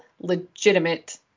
legitimate